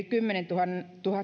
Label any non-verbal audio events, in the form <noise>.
<unintelligible> kymmenentuhatta